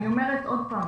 אני אומרת עוד הפעם,